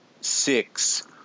six